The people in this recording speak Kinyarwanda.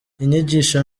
inyigisho